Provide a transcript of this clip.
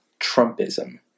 Trumpism